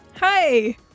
Hi